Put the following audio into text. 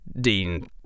Dean